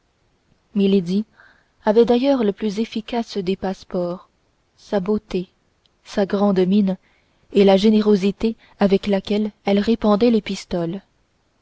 milady avait d'ailleurs le plus efficace des passeports sa beauté sa grande mine et la générosité avec laquelle elle répandait les pistoles